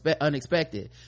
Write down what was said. unexpected